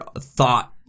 thought